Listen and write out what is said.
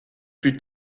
plus